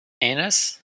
anus